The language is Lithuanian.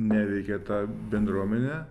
neveikia ta bendruomenė